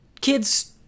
kids